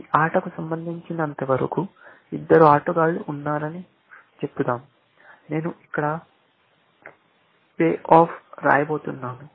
ఈ ఆటకు సంబంధించినంతవరకు ఇద్దరు ఆటగాళ్ళు ఉన్నారని చెపుదాం నేను ఇక్కడ పే ఆఫ్ రాయబోతున్నాను